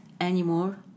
anymore